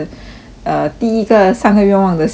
err 第一个三个愿望的心愿